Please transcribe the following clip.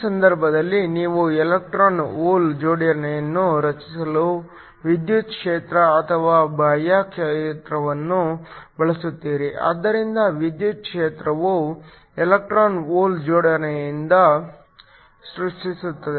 ಈ ಸಂದರ್ಭದಲ್ಲಿ ನೀವು ಎಲೆಕ್ಟ್ರಾನ್ ಹೋಲ್ ಜೋಡಿಯನ್ನು ರಚಿಸಲು ವಿದ್ಯುತ್ ಕ್ಷೇತ್ರ ಅಥವಾ ಬಾಹ್ಯ ಕ್ಷೇತ್ರವನ್ನು ಬಳಸುತ್ತೀರಿ ಆದ್ದರಿಂದ ವಿದ್ಯುತ್ ಕ್ಷೇತ್ರವು ಎಲೆಕ್ಟ್ರಾನ್ ಹೋಲ್ ಜೋಡಿಯನ್ನು ಸೃಷ್ಟಿಸುತ್ತದೆ